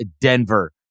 Denver